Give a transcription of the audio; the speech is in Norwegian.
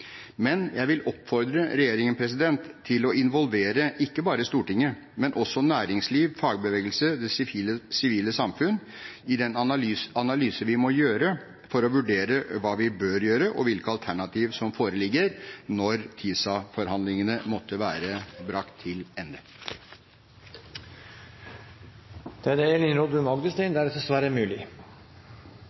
Jeg vil oppfordre regjeringen til å involvere ikke bare Stortinget, men også næringsliv, fagbevegelse og det sivile samfunn i den analyse vi må gjøre for å vurdere hva vi bør gjøre, og hvilke alternativ som foreligger, når TISA-forhandlingene måtte være brakt til ende.